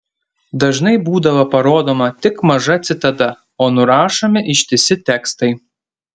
dažnai būdavo parodoma tik maža citata o nurašomi ištisi tekstai